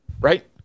Right